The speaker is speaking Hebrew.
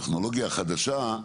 המלאה,